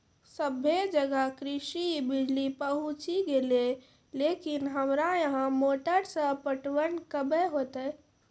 सबे जगह कृषि बिज़ली पहुंची गेलै लेकिन हमरा यहाँ मोटर से पटवन कबे होतय?